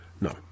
No